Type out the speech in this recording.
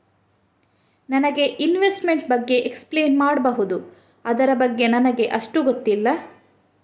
ನನಗೆ ಇನ್ವೆಸ್ಟ್ಮೆಂಟ್ ಬಗ್ಗೆ ಎಕ್ಸ್ಪ್ಲೈನ್ ಮಾಡಬಹುದು, ಅದರ ಬಗ್ಗೆ ನನಗೆ ಅಷ್ಟು ಗೊತ್ತಿಲ್ಲ?